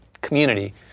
community